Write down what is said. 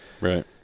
Right